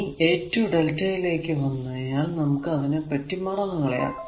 ഇനി a 2 lrmΔ ലേക്ക് വന്നാൽ നമുക്ക് അതിനെ പറ്റി മറന്നു കളയാം